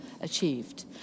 achieved